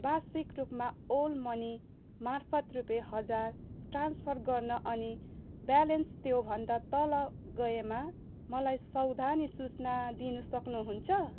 वार्षिक रूपमा ओल मनीमार्फत् रुपियाँ हजार ट्रान्सफर गर्न अनि ब्यालेन्स त्योभन्दा तल गएमा मलाई सावधानी सूचना दिनु सक्नुहुन्छ